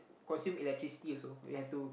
consume electricity also we have to